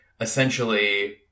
essentially